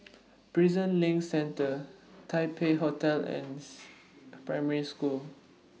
Prison LINK Centre Taipei Hotel and Primary School